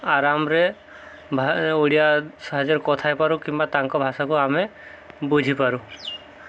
ଆରାମରେ ଓଡ଼ିଆ ସାହାଯ୍ୟରେ କଥା ହେଇପାରୁ କିମ୍ବା ତାଙ୍କ ଭାଷାକୁ ଆମେ ବୁଝିପାରୁ